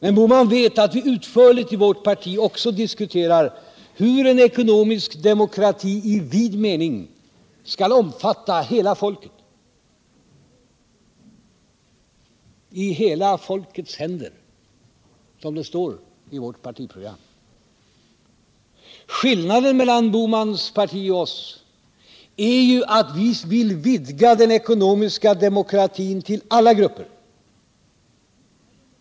Men herr Bohman vet att vi utförligt i vårt parti också diskuterar hur en ekonomisk demokrati i vid mening skail omfatta hela folket. I hela folkets händer, som det står i vårt partiprogram. Skillnaden mellan Bohmans parti och oss är ju att vi vill vidga den ekonomiska demokratin till alla grupper.